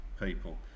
people